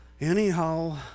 Anyhow